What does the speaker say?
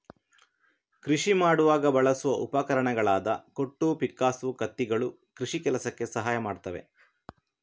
ಕೃಷಿ ಮಾಡುವಾಗ ಬಳಸುವ ಉಪಕರಣಗಳಾದ ಕೊಟ್ಟು, ಪಿಕ್ಕಾಸು, ಕತ್ತಿಗಳು ಕೃಷಿ ಕೆಲಸಕ್ಕೆ ಸಹಾಯ ಮಾಡ್ತವೆ